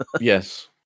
Yes